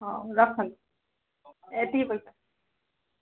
ହଉ ରଖନ୍ତୁ ଏତିକି ପଇସା